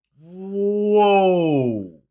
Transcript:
Whoa